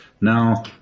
Now